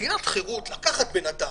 שלילת חירות לקחת בן אדם,